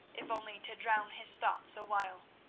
if only to drown his thoughts awhile.